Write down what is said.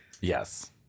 Yes